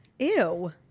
Ew